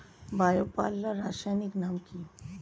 Bio পাল্লার রাসায়নিক নাম কি?